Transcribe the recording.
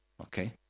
Okay